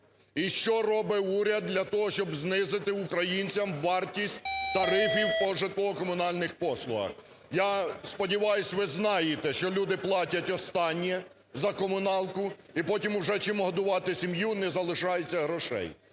І що робить уряд для того, щоб знизити українцям вартість тарифів по житлово-комунальних послугах? Я сподіваюсь, ви знаєте, що люди платять останнє за комуналку, і потім уже чим годувати сім'ю не залишається грошей.